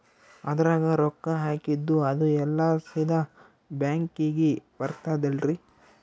ಅದ್ರಗ ರೊಕ್ಕ ಹಾಕಿದ್ದು ಅದು ಎಲ್ಲಾ ಸೀದಾ ಬ್ಯಾಂಕಿಗಿ ಬರ್ತದಲ್ರಿ?